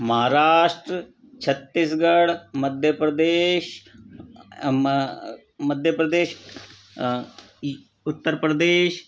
महाराष्ट्र छत्तीसगढ़ मध्य प्रदेश अम मध्य प्रदेश उत्तर प्रदेश